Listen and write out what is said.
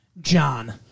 John